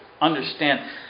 Understand